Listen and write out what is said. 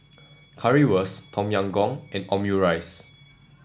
Currywurst Tom Yam Goong and Omurice